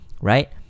right